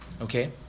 okay